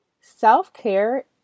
Self-care